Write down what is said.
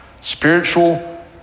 spiritual